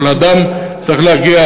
אבל אדם צריך להגיע,